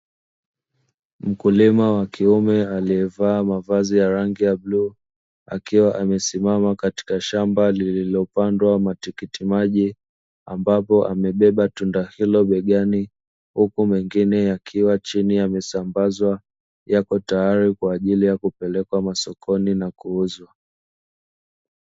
Mkulima wa kiume aliyevaa mavazi ya rangi ya bluu akiwa amesimama katika shamba lililopandwa matikitimaji, ambapo amebeba tunda hilo begani uku mengine yakiwa chini yamesambazwa yapo tayali kwaajili ya kupelekwa masokoni na kuuzwa.